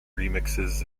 remixes